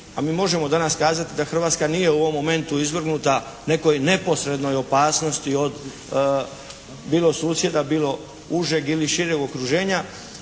a mi možemo danas kazati da Hrvatska nije u ovom momentu izvrgnuta nekoj neposrednoj opasnosti od bilo susjeda, bilo užeg ili šireg okruženja,